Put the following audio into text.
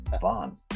fun